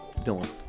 Dylan